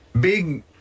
big